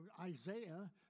Isaiah